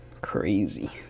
crazy